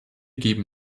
geben